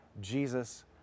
Jesus